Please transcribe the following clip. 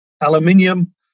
Aluminium